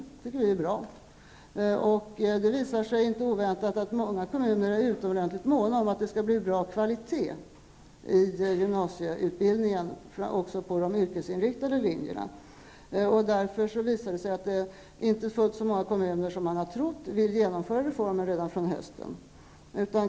Det tycker vi är bra. Det visar sig inte oväntat att många kommuner är utomordentligt måna om att det skall bli bra kvalitet i gymnasieutbildningen också på de yrkesinriktade linjerna. Därför visar det sig att inte fullt så många kommuner som man har trott vill genomföra reformen redan från hösten.